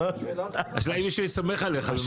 אם יש מישהו שסומך עלייך.